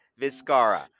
Viscara